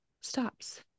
stops